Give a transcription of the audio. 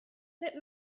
let